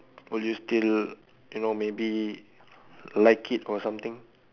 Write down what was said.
will you still you know maybe like it or something